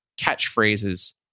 catchphrases